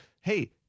hey